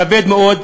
כבד מאוד,